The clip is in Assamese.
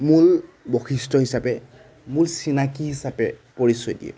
মূল বৈশিষ্ট্য হিচাপে মূল চিনাকি হিচাপে পৰিচয় দিয়ে